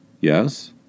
Yes